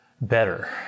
better